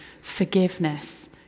forgiveness